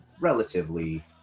relatively